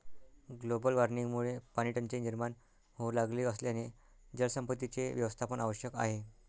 global वॉर्मिंगमुळे पाणीटंचाई निर्माण होऊ लागली असल्याने जलसंपत्तीचे व्यवस्थापन आवश्यक आहे